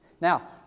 Now